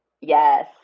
yes